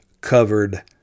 covered